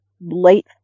late